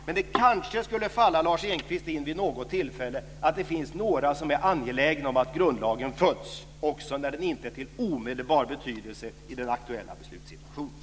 Men det kanske skulle kunna falla Lars Engqvist in vid något tillfälle att det finns några som är angelägna om att grundlagen följs, också när den inte är av omedelbar betydelse i den aktuella beslutssituationen.